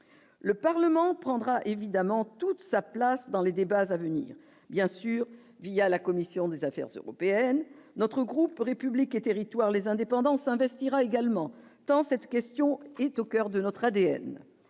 le Parlement prendra évidemment toute sa place dans les débats à venir, bien sûr, il y a la commission des affaires européennes, notre groupe République et Territoires les indépendances investira également tant cette question est au coeur de notre ADN